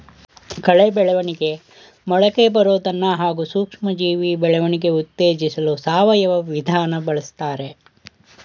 ಕಳೆ ಬೆಳವಣಿಗೆ ಮೊಳಕೆಬರೋದನ್ನ ಹಾಗೂ ಸೂಕ್ಷ್ಮಜೀವಿ ಬೆಳವಣಿಗೆ ಉತ್ತೇಜಿಸಲು ಸಾವಯವ ವಿಧಾನ ಬಳುಸ್ತಾರೆ